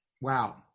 Wow